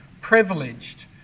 privileged